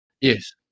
Yes